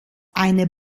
eine